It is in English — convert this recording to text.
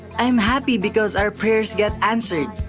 i am happy because our prayers got answered.